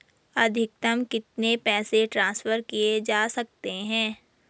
अधिकतम कितने पैसे ट्रांसफर किये जा सकते हैं?